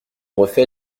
refait